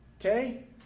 Okay